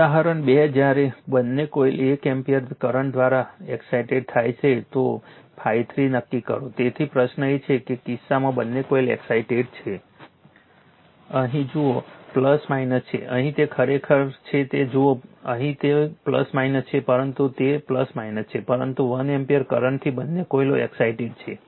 ઉદાહરણ 2 જ્યારે બંને કોઇલ 1 એમ્પીયર કરંટ દ્વારા એક્સાઇટેડ થાય છે તો ∅3 નક્કી કરો તેથી પ્રશ્ન એ છે કે તે કિસ્સામાં બંને કોઇલ એક્સાઇટેડ છે અહીં જુઓ છે અહીં તે ખરેખર છે જો જુઓ કે અહીં તે છે પરંતુ અહીં તે છે પરંતુ 1 એમ્પીયર કરંટથી બંને કોઇલો એક્સાઇટેડ છે